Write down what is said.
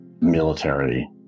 military